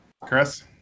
Chris